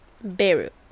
Beirut